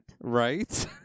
Right